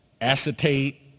acetate